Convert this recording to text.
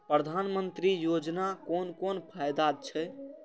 प्रधानमंत्री योजना कोन कोन फायदा छै?